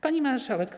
Pani Marszałek!